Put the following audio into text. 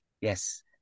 Yes